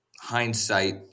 hindsight